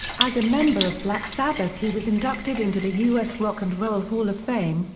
as a member of black sabbath he was inducted into the us rock and roll hall of fame,